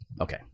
Okay